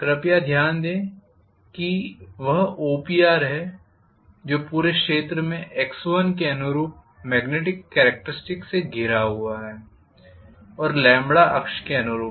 कृपया ध्यान दें कि वह OPR है जो पूरे क्षेत्र में के अनुरूप मॅग्नेटिक कॅरेक्टरिस्टिक्स से घिरा हुआ है और अक्ष के अनुरूप